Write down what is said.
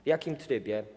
W jakim trybie?